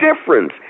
difference